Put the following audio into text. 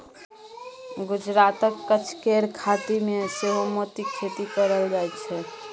गुजरातक कच्छ केर खाड़ी मे सेहो मोतीक खेती कएल जाइत छै